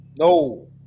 No